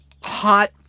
hot